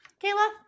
Kayla